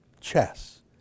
chess